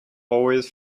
always